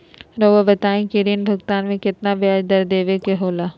रहुआ बताइं कि ऋण भुगतान में कितना का ब्याज दर देवें के होला?